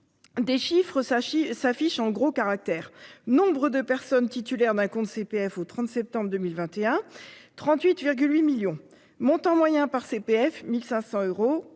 Des chiffres, il s'affiche en gros caractères, nombre de personnes titulaires d'un compte CPF au 30 septembre 2021. 38,8 millions. Montant moyen par CPF. 1500 euros.